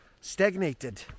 stagnated